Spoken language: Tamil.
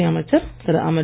உள்துறை அமைச்சர் திரு